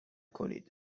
کنید